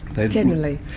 they generally?